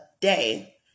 day